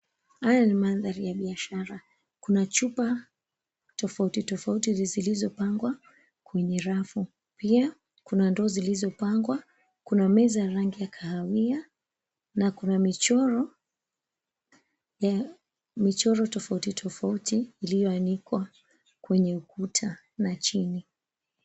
Haya ni mandhari ya biashara. Kuna chupa tofauti tofauti zilizopangwa kwenye rafu. Pia kuna ndoo zilizopangwa, kuna meza ya rangi ya kahawia na kuna michoro ya michoro tofauti tofauti iliyoanikwa kwenye ukuta na chini.